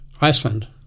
Iceland